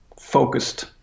focused